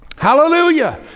Hallelujah